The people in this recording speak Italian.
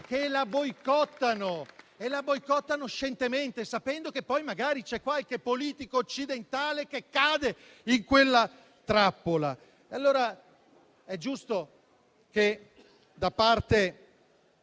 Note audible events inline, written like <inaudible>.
che la boicottano. <applause> La boicottano scientemente, sapendo che poi magari c'è qualche politico occidentale che cade in quella trappola. È giusto che da parte